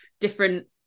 different